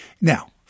now